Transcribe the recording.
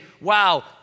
wow